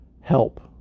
help